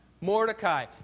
Mordecai